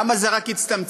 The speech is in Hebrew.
למה זה רק הצטמצם?